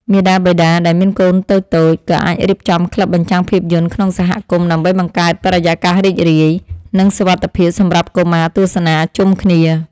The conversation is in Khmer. មាតាបិតាដែលមានកូនតូចៗ ក៏អាចរៀបចំក្លឹបបញ្ចាំងភាពយន្តក្នុងសហគមន៍ ដើម្បីបង្កើតបរិយាកាសរីករាយ និងសុវត្ថិភាពសម្រាប់កុមារទស្សនាជុំគ្នា។